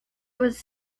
was